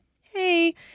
Hey